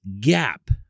gap